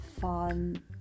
fun